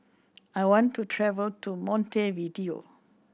I want to travel to Montevideo